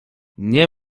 nie